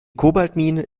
kobaltmine